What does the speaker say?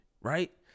right